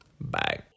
bye